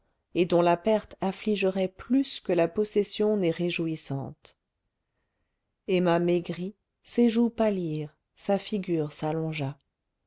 et dont la perte affligerait plus que la possession n'est réjouissante emma maigrit ses joues pâlirent sa figure s'allongea